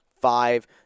five